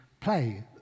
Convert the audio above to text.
play